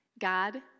God